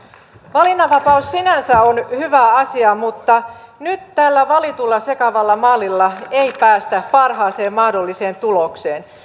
valinnanvapaus sinänsä on hyvä asia mutta nyt tällä valitulla sekavalla mallilla ei päästä parhaaseen mahdolliseen tulokseen